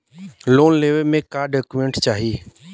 Loan लेवे मे का डॉक्यूमेंट चाही?